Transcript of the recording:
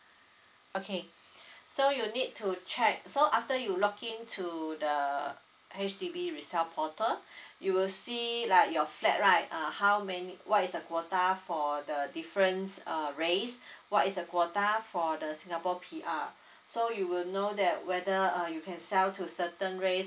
okay so you need to check so after you login to the uh H_D_B resell portal you will see like your flat right err how many what is the quota for the difference um race what is the quota for the singapore P_R so you will know that whether uh you can sell to certain race